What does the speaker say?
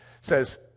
says